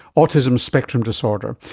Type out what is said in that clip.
autism spectrum disorder,